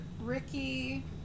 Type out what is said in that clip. Ricky